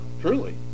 Truly